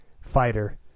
fighter